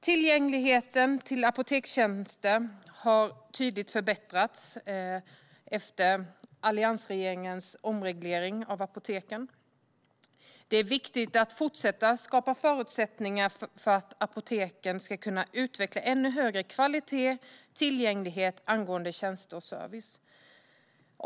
Tillgängligheten till apotekstjänster har tydligt förbättrats efter alliansregeringens omreglering av apoteken. Det är viktigt att fortsätta att skapa förutsättningar för apoteken att utveckla ännu högre kvalitet och tillgänglighet angående tjänster och service.